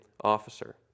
officer